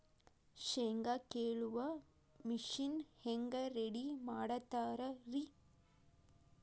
ಶೇಂಗಾ ಕೇಳುವ ಮಿಷನ್ ಹೆಂಗ್ ರೆಡಿ ಮಾಡತಾರ ರಿ?